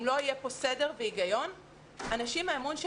אם לא יהיה פה סדר והיגיון האמון של האנשים